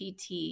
PT